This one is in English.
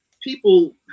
people